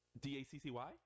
D-A-C-C-Y